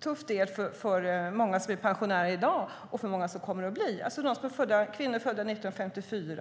tufft för många som i dag blir pensionärer och för många som kommer att bli pensionärer.